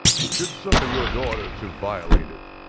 should suffer your daughter to violate it.